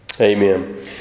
amen